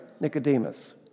Nicodemus